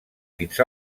fins